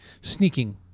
sneaking